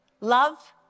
love